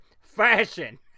fashion